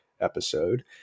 episode